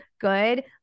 good